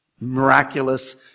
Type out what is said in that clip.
miraculous